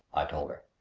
i told her.